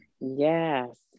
yes